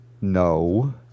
no